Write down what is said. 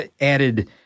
added